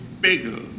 bigger